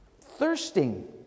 Thirsting